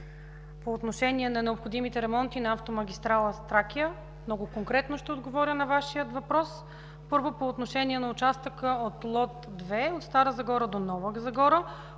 По отношение на необходимите ремонти на автомагистрала „Тракия” – много конкретно ще отговоря на Вашия въпрос. Първо, по отношение на участъка от лот 2 – от Стара Загора до Нова Загора,